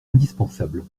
indispensable